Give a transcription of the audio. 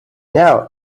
now